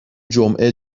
جمعه